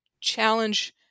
challenge